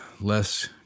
less